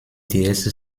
déesse